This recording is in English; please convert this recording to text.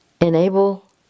enable